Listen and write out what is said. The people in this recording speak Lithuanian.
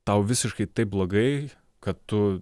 tau visiškai taip blogai kad tu